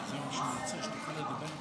אם אני לא אספיק להשלים את דבריי